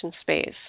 space